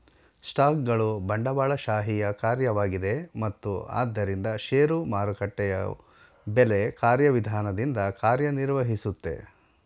ಸ್ಟಾಕ್ಗಳು ಬಂಡವಾಳಶಾಹಿಯ ಕಾರ್ಯವಾಗಿದೆ ಮತ್ತು ಆದ್ದರಿಂದ ಷೇರು ಮಾರುಕಟ್ಟೆಯು ಬೆಲೆ ಕಾರ್ಯವಿಧಾನದಿಂದ ಕಾರ್ಯನಿರ್ವಹಿಸುತ್ತೆ